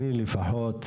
אני לפחות,